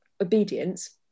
obedience